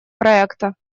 проекта